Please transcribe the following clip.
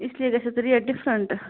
اِس لیے گٔژھِ اَتھ ریٹ ڈِفرنٹ